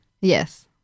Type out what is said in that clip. yes